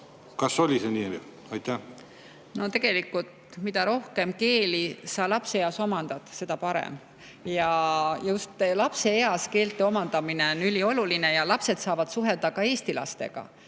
avaliku raha eest. Tegelikult, mida rohkem keeli sa lapseeas omandad, seda parem. Just lapseeas keelte omandamine on ülioluline. Need lapsed saavad suhelda ka eesti lastega.